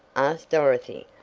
asked dorothy.